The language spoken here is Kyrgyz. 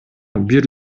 бир